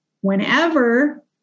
Whenever